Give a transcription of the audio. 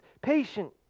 patient